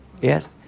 Yes